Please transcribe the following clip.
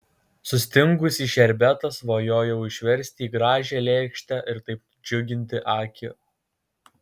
sustingusį šerbetą svajojau išversti į gražią lėkštę ir taip džiuginti akį